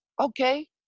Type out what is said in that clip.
okay